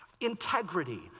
integrity